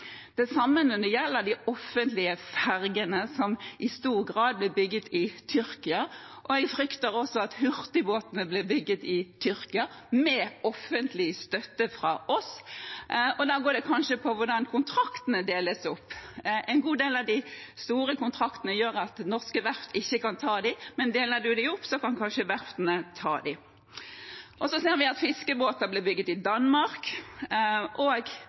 Det samme gjelder de offentlige fergene, som i stor grad blir bygget i Tyrkia. Jeg frykter også at hurtigbåtene blir bygget i Tyrkia, med offentlig støtte fra oss, og da går det kanskje på hvordan kontraktene deles opp. En god del av kontraktene er så store at norske verft ikke kan ta dem, men deler man dem opp, kan de kanskje det. Vi ser også at fiskebåter blir bygget i Danmark, og